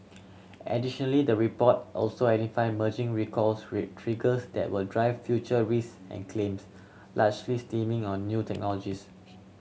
additionally the report also identified merging recalls which triggers that will drive future risk and claims largely stemming on new technologies